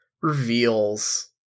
reveals